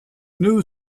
new